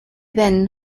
then